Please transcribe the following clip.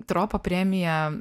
tropo premija